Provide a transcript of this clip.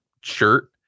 shirt